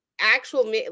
actual